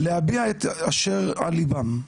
להביע את אשר על ליבם.